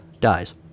dies